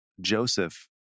Joseph